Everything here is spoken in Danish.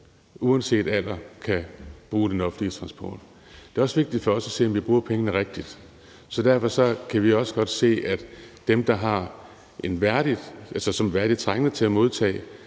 uanset alder kan bruge den offentlige transport. Det er også vigtigt for os at se, om vi bruger pengene rigtigt. Så derfor kan vi også godt se, at nogle er værdigt trængende til at modtage